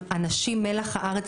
מעט.